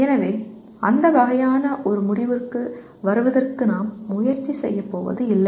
எனவே அந்த வகையான ஒரு முடிவுக்கு வருவதற்கு நாம் முயற்சி செய்ய போவது இல்லை